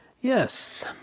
Yes